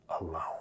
alone